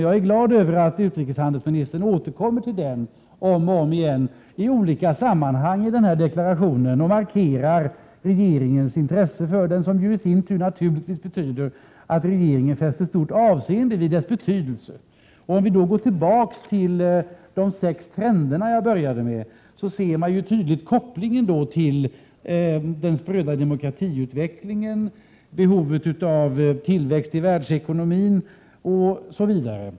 Jag är glad över att utrikeshandelsministern återkommer till den om och om igen i olika sammanhangi den handelspolitiska deklarationen och markerar regeringens intresse för den, vilket i sin tur naturligtvis tyder på att regeringen fäster stort avseende vid dess betydelse. Om vi då går tillbaka till de sex trender som jag inledde med, ser man tydligt kopplingen till den spröda demokratiutvecklingen, behovet av tillväxt i världsekonomin osv.